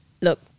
Look